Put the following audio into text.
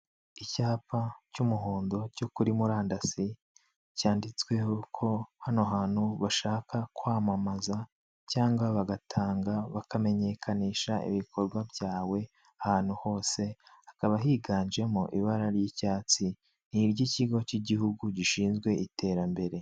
Icyapa cy'umuhondo cyo kuri murandasi cyanditsweho ko hano hantu bashaka kwamamaza cyangwa bagatanga bakamenyekanisha ibikorwa byawe ahantu hose hakaba higanjemo ibara ry'icyatsi n'iry'ikigo K'igihugu gishinzwe iterambere.